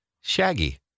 Shaggy